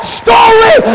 story